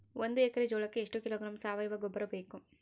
ಒಂದು ಎಕ್ಕರೆ ಜೋಳಕ್ಕೆ ಎಷ್ಟು ಕಿಲೋಗ್ರಾಂ ಸಾವಯುವ ಗೊಬ್ಬರ ಬೇಕು?